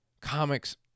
Comics